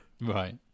right